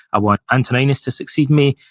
i want antoninus to succeed me,